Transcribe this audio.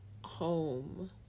home